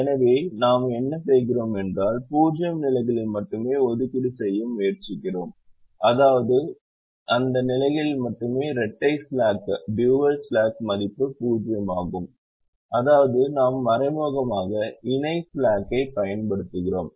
எனவே நாம் என்ன செய்கிறோம் என்றால் 0 நிலைகளில் மட்டுமே ஒதுக்கீடு செய்ய முயற்சிக்கிறோம் அதாவது அந்த நிலைகளில் மட்டுமே இரட்டை ஸ்லாக் மதிப்பு 0 ஆகும் அதாவது நாம் மறைமுகமாக இணை ஸ்லாக்கை பயன்படுத்துகிறோம்